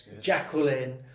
Jacqueline